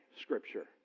scripture